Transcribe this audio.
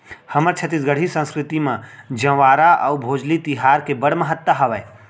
हमर छत्तीसगढ़ी संस्कृति म जंवारा अउ भोजली तिहार के बड़ महत्ता हावय